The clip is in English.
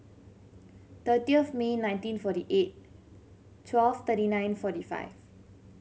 thirty of May nineteen forty eight twelve thirty nine forty five